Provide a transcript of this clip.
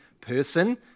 person